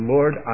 Lord